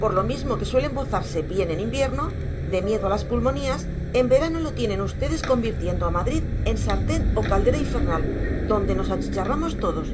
por lo mismo que suele embozarse bien en invierno de miedo a las pulmonías en verano lo tienen ustedes convirtiendo a madrid en sartén o caldera infernal donde nos achicharramos todos